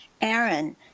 Aaron